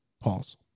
Pause